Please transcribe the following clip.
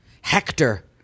Hector